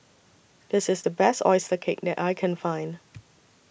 This IS The Best Oyster Cake that I Can Find